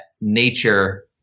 nature